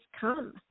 come